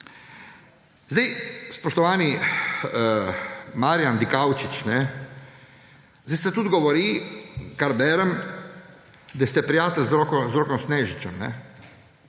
tukaj. Spoštovani Marjan Dikaučič, zdaj se tudi govori, o tem berem, da ste prijatelj z Rokom Snežičem.